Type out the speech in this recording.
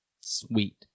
sweet